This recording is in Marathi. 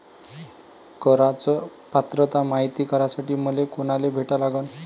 कराच पात्रता मायती करासाठी मले कोनाले भेटा लागन?